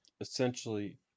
essentially